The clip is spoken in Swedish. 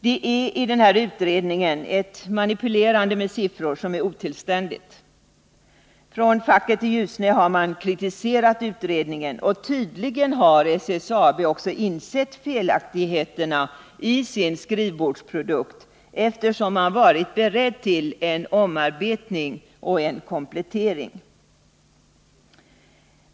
Det är i den här utredningen ett manipulerande med siffror som är otillständigt. Facket i Ljusne har kritiserat utredningen, och tydligen har SSAB också insett felaktigheterna i sin skrivbordsprodukt, eftersom man varit beredd till en omarbetning och komplettering.